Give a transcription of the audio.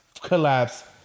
collapse